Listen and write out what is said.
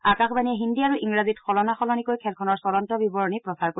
আকাশবাণীয়ে হিন্দী আৰু ইংৰাজীত সলনাসলনিকৈ খেলখনৰ চলন্ত বিৱৰণী প্ৰচাৰ কৰিব